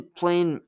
playing